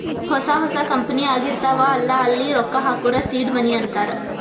ಹೊಸಾ ಹೊಸಾ ಕಂಪನಿ ಆಗಿರ್ತಾವ್ ಅಲ್ಲಾ ಅಲ್ಲಿ ರೊಕ್ಕಾ ಹಾಕೂರ್ ಸೀಡ್ ಮನಿ ಅಂತಾರ